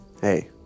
Hey